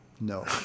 No